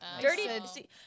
Dirty